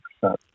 percent